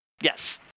Yes